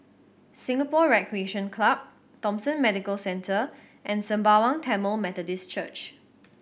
Singapore Recreation Club Thomson Medical Centre and Sembawang Tamil Methodist Church